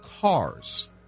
cars